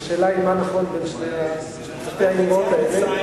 השאלה, מה נכון בין שתי האמרות האלה?